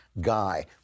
guy